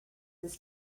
this